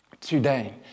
today